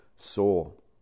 soul